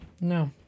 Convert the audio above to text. No